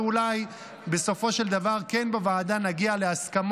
ואולי בסופו של דבר כן נגיע בוועדה להסכמות